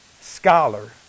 scholar